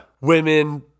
Women